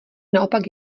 naopak